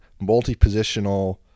multi-positional